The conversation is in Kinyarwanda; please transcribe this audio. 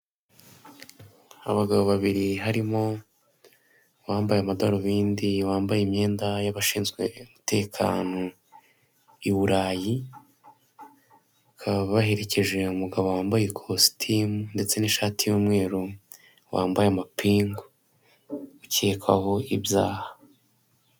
Abagabo babiri harimo uwambaye amadarubindi wambaye imyenda yabashinzwe umutekano i burayi, bakaba baherekeje umugabo wambaye kositimu ndetse n'ishati y'umweru wambaye amapingu ukekwaho ibyaha.